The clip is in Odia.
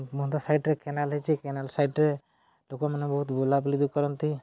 ବନ୍ଧ ସାଇଡ଼୍ରେ କେନାଲ ହେଇଛି କେନାଲ ସାଇଡ଼୍ରେ ଲୋକମାନେ ବହୁତ ବୁଲାବୁଲି ବି କରନ୍ତି